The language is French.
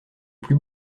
plus